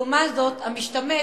לעומת זאת המשתמט,